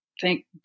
thank